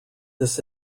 this